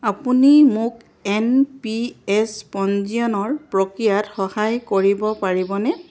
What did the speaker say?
আপুনি মোক N P S পঞ্জীয়নৰ প্ৰক্ৰিয়াত সহায় কৰিব পাৰিবনে